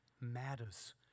matters